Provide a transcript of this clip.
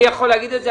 אני יכול להגיד את זה,